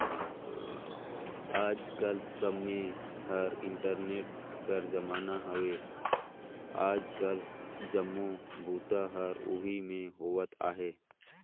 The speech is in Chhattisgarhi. आएज कर समें हर इंटरनेट कर जमाना हवे आएज काएल जम्मो बूता हर ओही में होवत अहे